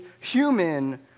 human